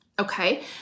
Okay